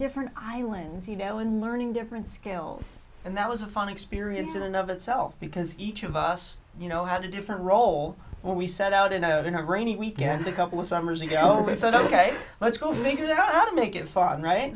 different islands you know and learning different skills and that was a fun experience in and of itself because each of us you know how to different role when we set out a note in a rainy weekend a couple of summers ago we said ok let's go figure out how to make it far right